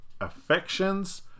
affections